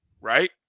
right